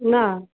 না